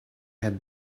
had